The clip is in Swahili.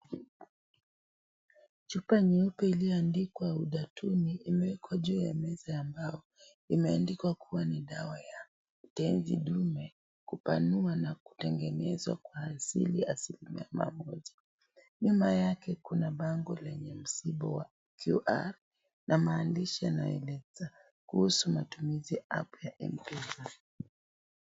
Chupa nyeupe ilioandikwa Ghudatun imewekwa juu ya meza ya mbao imeandikwa kuwa ni dawa ya tenzi dume kupanua na kutengeneza kwa asili asilimia mia moja , nyuma yake kuna bango lenye msimbo wa qr na maandishi yanayoeleza kuhusu matumizi ya.